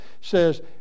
says